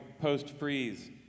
post-freeze